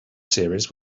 series